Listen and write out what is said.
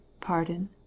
pardon